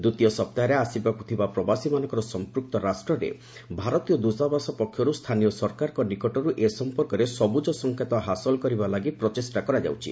ଦ୍ୱିତୀୟ ସପ୍ତାହରେ ଆସିବାକୁ ଥିବା ପ୍ରବାସୀମାନଙ୍କର ସମ୍ପୁକ୍ତ ରାଷ୍ଟ୍ରରେ ଭାରତୀୟ ଦ୍ୱତାବାସ ପକ୍ଷରୁ ସ୍ଥାନୀୟ ସରକାରଙ୍କ ନିକଟରୁ ଏ ସମ୍ପର୍କରେ ସବୁଜ ସଙ୍କେତ ହାସଲ କରିବା ଦିଗରେ ପ୍ରଚେଷ୍ଟା କରାଯାଉଛି